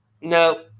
no